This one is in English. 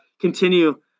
continue